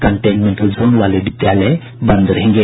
containment zone वाले विद्यालय बंद रहेंगे